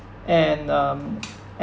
and um and